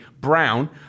brown